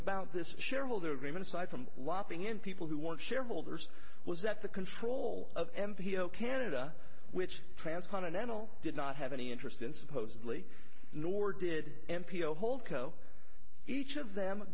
about this shareholder agreement aside from wapping in people who want shareholders was that the control of m p oh canada which transcontinental did not have any interest in supposedly nor did m p o hold co each of them